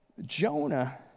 Jonah